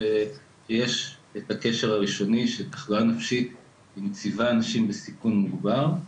יש את הקשר הראשוני כשתחלואה נפשית מציבה אנשים בסיכון מוגבר,